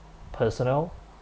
personal